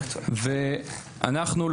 ואנחנו,